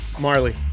Marley